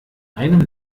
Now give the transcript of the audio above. einem